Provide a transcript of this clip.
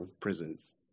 prisons